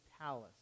palace